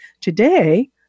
Today